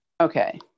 Okay